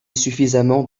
suffisamment